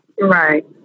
Right